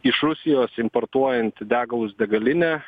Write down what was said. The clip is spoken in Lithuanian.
iš rusijos importuojant degalus degalinė